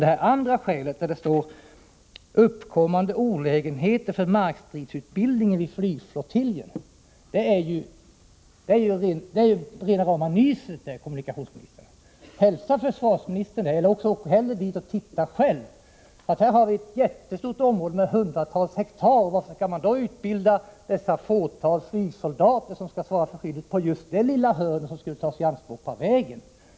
Och det andra skälet, nämligen ”uppkommande olägenheter för markstridsutbildningen vid flygflottiljen” är rena rama nyset, herr kommunikationsminister! Hälsa försvarsministern det, eller åk ännu hellre dit och titta själv. Det är här fråga om ett jättestort område med hundratals hektar. Varför skall man då utbilda det lilla fåtal flygsoldater som skall svara för skyddet på just det lilla hörnet av området som skulle komma att tas i anspråk av vägen?